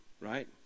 Right